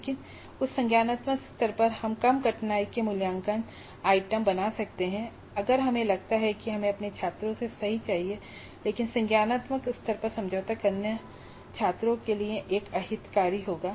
लेकिन उस संज्ञानात्मक स्तर पर हम कम कठिनाई के मूल्यांकन आइटम बना सकते हैं अगर हमें लगता है कि हमें अपने छात्रों से यही चाहिए लेकिन संज्ञानात्मक स्तर पर समझौता करना छात्रों के लिए एक अहितकारी होगा